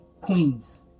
queens